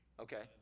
Okay